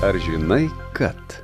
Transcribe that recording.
ar žinai kad